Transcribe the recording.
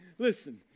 Listen